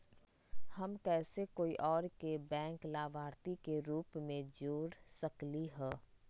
हम कैसे कोई और के बैंक लाभार्थी के रूप में जोर सकली ह?